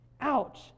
Ouch